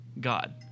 God